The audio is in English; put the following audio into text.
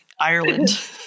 Ireland